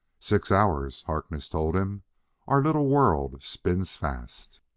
six hours. harkness told him our little world spins fast.